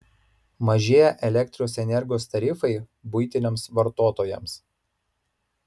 mažėja elektros energijos tarifai buitiniams vartotojams